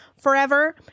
forever